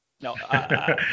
No